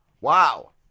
Wow